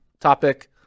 topic